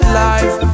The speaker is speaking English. life